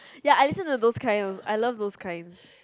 ya I listen to those kinds I love those kinds